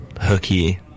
hooky